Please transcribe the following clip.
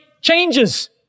changes